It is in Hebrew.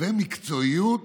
ומקצועיות